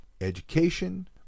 education